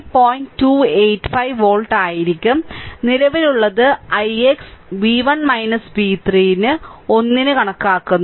285 volt ആയിരിക്കും നിലവിലുള്ളത് ix v1 v3 ന് 1 ന് കണക്കാക്കുന്നു